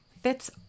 fits